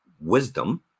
wisdom